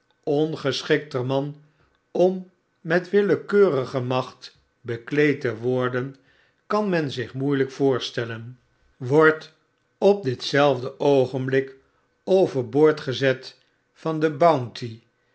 ongeschikter man om met willekeurige macht bekleed te worden kan men zich moeielgk voorstellen wordt op ditzelfde oogenblik over boord gezet vande bounty